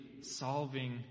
solving